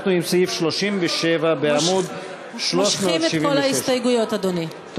אנחנו בסעיף 37 בעמוד 376. מושכים את כל ההסתייגויות,